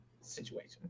situation